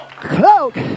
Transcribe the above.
cloak